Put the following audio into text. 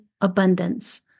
abundance